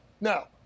Now